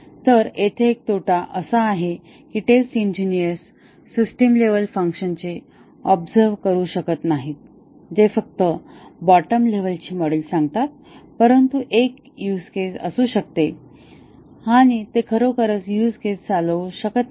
तर येथे एक तोटा असा आहे की टेस्ट इंजिनिअर्स सिस्टम लेव्हल फंक्शन्सचे ऑबसेर्व्हशन करू शकत नाहीत जे फक्त बॉटम लेव्हलचे मॉड्यूल्स सांगतात परंतु एक ह्यूजकेस असू शकतो आणि ते खरोखरच ह्यूज केस चालवू शकत नाहीत